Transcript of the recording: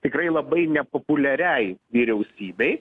tikrai labai nepopuliariai vyriausybei